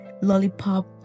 lollipop